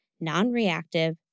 non-reactive